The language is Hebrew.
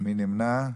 מי נמנע?